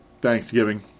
Thanksgiving